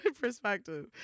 perspective